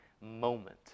moment